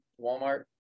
walmart